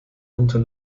unter